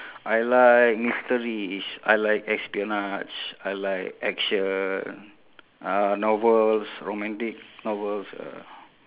I like mysteries I like espionage I like action uh novels romantic novels uh